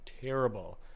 terrible